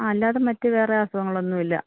ആ അല്ലാതെ മറ്റ് വേറെ അസുഖങ്ങളൊന്നും ഇല്ല